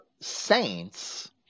saints